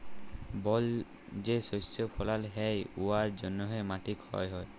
বল যে শস্য ফলাল হ্যয় উয়ার জ্যনহে মাটি ক্ষয় হ্যয়